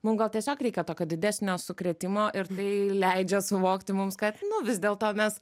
mum gal tiesiog reikia tokio didesnio sukrėtimo ir tai leidžia suvokti mums kad nu vis dėlto mes